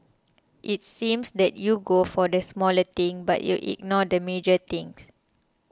it seems that you go for the smaller thing but you ignore the major things